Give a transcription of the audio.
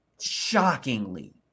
shockingly